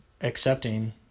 accepting